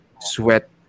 sweat